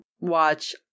watch